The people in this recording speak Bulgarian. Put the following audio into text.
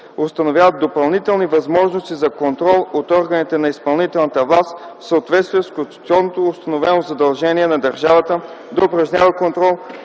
установяват допълнителни възможности за контрол от органите на изпълнителната власт в съответствие с конституционно установеното задължение на държавата да упражнява контрол